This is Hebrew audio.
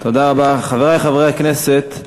תודה רבה, חברי חברי הכנסת.